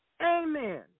Amen